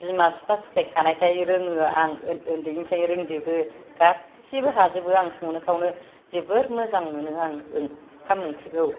बिमा बिफा सिखाय खानाय खायनो रोङो आं उन्दैनिफ्रायनो रोंजोबो गासिबो हाजोबो आं संनाय खावनो जोबोद मोजां मोनो आं ओंखाम ओंख्रिखौ